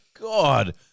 God